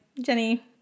Jenny